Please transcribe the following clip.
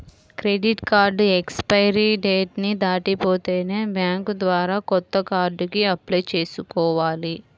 credit card expiry date ని దాటిపోతే bank ద్వారా కొత్త కార్డుకి అప్లై చేసుకోవాలి